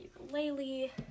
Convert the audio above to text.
ukulele